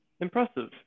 Impressive